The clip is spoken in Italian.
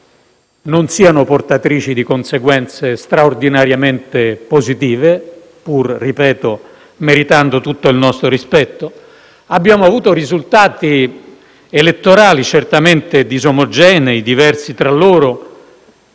non siano portatrici di conseguenze straordinariamente positive pur meritando, lo ripeto, tutto il nostro rispetto. Abbiamo avuto risultati elettorali certamente disomogenei, diversi tra loro